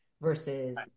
versus